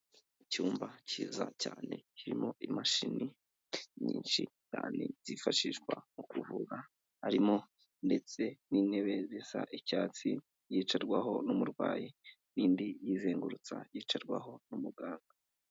Icyumba cyiza cyane kiririmo imashini nyinshi cyane zifashishwa mu kuvura, harimo ndetse n'intebe zisa icyatsi yicarwaho n'umurwayi n'indi yizengurutsa yicarwaho n'umuganga.